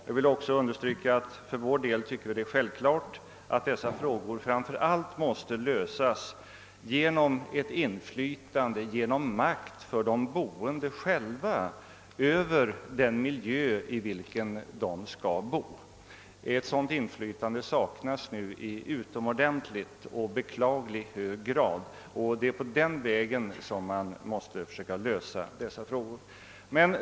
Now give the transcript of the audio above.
Jag vill vidare betona att vi finner det självklart att dessa problem måste lösas framför allt genom makt för de boende själva över den miljö, i vilken de skall bo. Ett sådant inflytande saknas nu i utomordentligt och beklagligt hög grad. Det är dock på den vägen man måste söka sig fram.